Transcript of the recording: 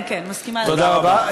כן כן, מסכימה, תודה רבה.